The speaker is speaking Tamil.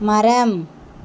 மரம்